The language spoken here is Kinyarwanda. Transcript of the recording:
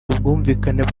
ubwumvikane